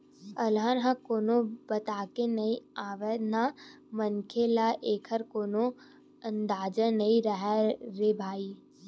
अलहन ह कोनो बताके नइ आवय न मनखे ल एखर कोनो अंदाजा नइ राहय रे भई